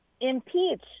impeach